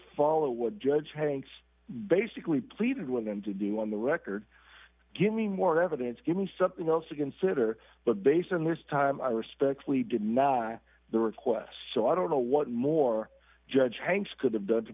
follow what judge hanks basically pleaded with them to do on the record give me more evidence give me something else to consider but based on this time i respectfully deny the request so i don't know what more judge hanks could have done to